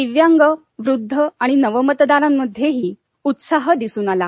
दिव्यांग वृद्ध आणि नवमतदारांमध्येही उत्साह दिसून आला